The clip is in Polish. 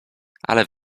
ale